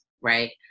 right